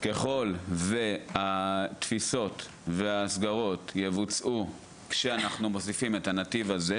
ככול שהתפיסות וההסגרות יבוצעו כשאנחנו מוסיפים את הנתיב הזה,